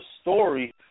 story